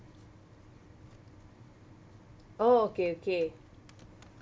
oh okay okay